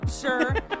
Sure